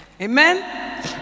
Amen